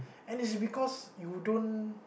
and it's because you don't